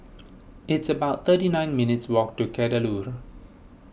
it's about thirty nine minutes' walk to Kadaloor